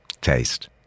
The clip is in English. Taste